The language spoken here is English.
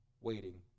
waiting